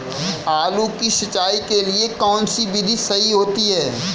आलू की सिंचाई के लिए कौन सी विधि सही होती है?